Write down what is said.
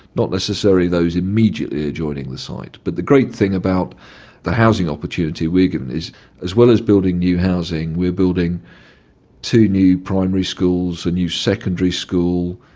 not necessarily those immediately adjoining the site. but the great thing about the housing opportunity we're giving is as well as building new housing, we're building two new primary schools, a new secondary school,